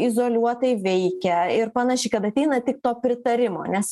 izoliuotai veikia ir panašiai kad ateina tik to pritarimo nes